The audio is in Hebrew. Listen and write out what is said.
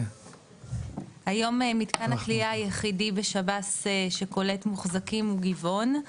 היום מתקן הכליאה היחידה בשב"ס שקולט מוחזקים הוא גבעון.